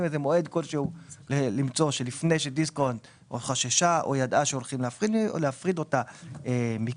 מועד כלשהו לפני שדיסקונט חשש או ידע שהולכים להפריד אותו מ-כאל.